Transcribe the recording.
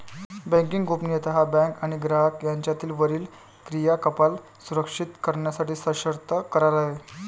banking गोपनीयता हा bank आणि ग्राहक यांच्यातील वरील क्रियाकलाप सुरक्षित करण्यासाठी सशर्त करार आहे